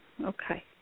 Okay